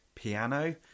Piano